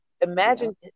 imagine